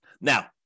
Now